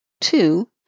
Two